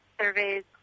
surveys